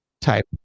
type